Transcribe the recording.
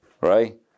Right